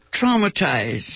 traumatized